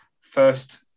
first